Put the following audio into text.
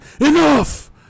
enough